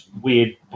weird